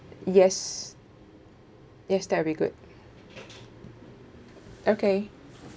yes yes that'll be good okay